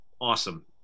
awesome